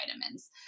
vitamins